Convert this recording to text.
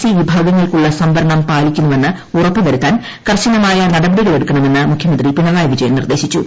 C വിഭാഗങ്ങൾക്കുള്ള സംവരണം പാലിക്കുന്നുവെന്ന് ഉറപ്പുവരുത്താൻ കർശനമായ നടപടികളെടുക്കണമെന്ന് മുഖ്യമന്ത്രി പിണറായി വിജയൻ നിർദ്ദേശിച്ചു